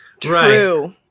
true